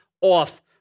off